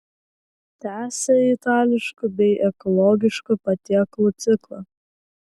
tęsia itališkų bei ekologiškų patiekalų ciklą